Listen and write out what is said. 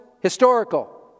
Historical